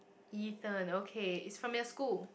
Ethan okay is from your school